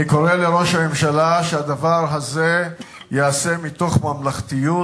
אני קורא לראש הממשלה שהדבר הזה ייעשה מתוך ממלכתיות